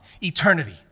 eternity